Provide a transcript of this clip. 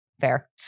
Fair